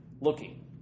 looking